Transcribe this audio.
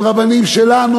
עם רבנים שלנו,